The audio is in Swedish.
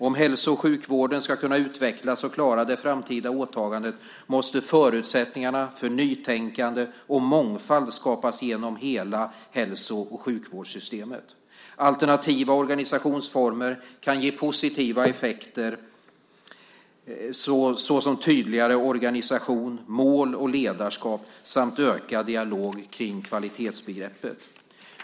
Om hälso och sjukvården ska kunna utvecklas och klara det framtida åtagandet måste förutsättningar för nytänkande och mångfald skapas inom hela hälso och sjukvårdssystemet. Alternativa organisationsformer kan ge positiva effekter såsom tydligare organisation, mål och ledarskap samt ökad dialog kring kvalitetsbegreppet.